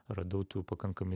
radau tų pakankamai